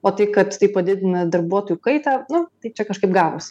o tai kad tai padidina darbuotojų kaitą nu tai čia kažkaip gavosi